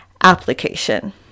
application